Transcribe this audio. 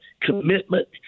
commitment